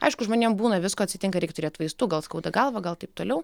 aišku žmonėm būna visko atsitinka reik turėt vaistų gal skauda galvą gal taip toliau